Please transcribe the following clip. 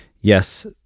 Yes